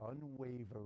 unwavering